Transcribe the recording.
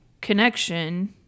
connection